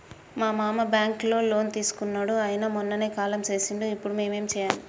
మా మామ బ్యాంక్ లో లోన్ తీసుకున్నడు అయిన మొన్ననే కాలం చేసిండు ఇప్పుడు మేం ఏం చేయాలి?